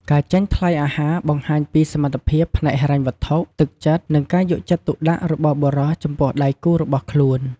ការចេញថ្លៃអាហារបង្ហាញពីសមត្ថភាពផ្នែកហិរញ្ញវត្ថុ ទឹកចិត្ត និងការយកចិត្តទុកដាក់របស់បុរសចំពោះដៃគូរបស់ខ្លួន។